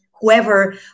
whoever